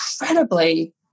incredibly